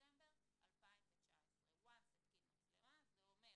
מספטמבר 2019. ברגע שהתקין מצלמה זה אומר